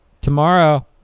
tomorrow